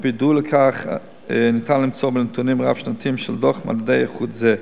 ואת הביטוי לכך ניתן למצוא בנתונים רב-שנתיים של דוח מדדי איכות זה.